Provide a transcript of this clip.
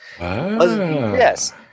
Yes